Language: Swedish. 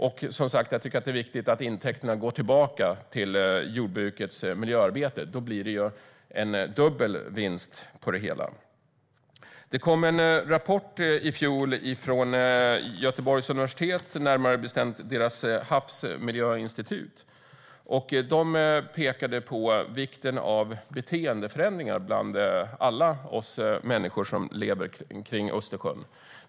Jag tycker att det är viktigt att intäkterna går tillbaka till jordbrukets miljöarbete. Då blir det ju en dubbel vinst på det hela. Det kom en rapport i fjol från Göteborgs universitet, närmare bestämt dess havsmiljöinstitut. Där pekar man på vikten av beteendeförändringar bland alla oss människor som lever kring Östersjön.